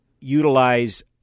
utilize